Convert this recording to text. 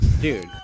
Dude